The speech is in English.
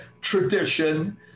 tradition